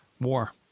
war